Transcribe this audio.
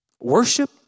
worship